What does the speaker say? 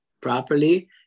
properly